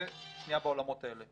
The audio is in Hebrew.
זה בעולמות האלה.